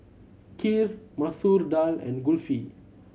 Kheer Masoor Dal and Kulfi